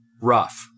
rough